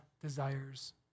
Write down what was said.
desires